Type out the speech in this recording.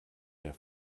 der